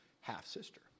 half-sister